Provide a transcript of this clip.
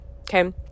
Okay